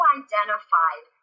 identified